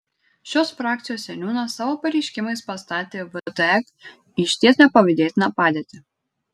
šios frakcijos seniūnas savo pareiškimais pastatė vtek į išties nepavydėtiną padėtį